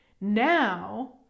now